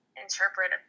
interpret